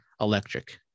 electric